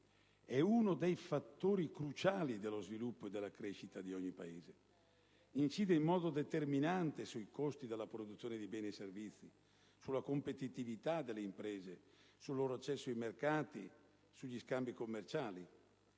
è uno dei fattori cruciali dello sviluppo e della crescita di ogni Paese: esso incide in modo determinante sui costi della produzione di beni e servizi, sulla competitività delle imprese, sul loro accesso ai mercati e sugli scambi commerciali.